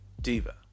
Diva